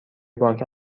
بانک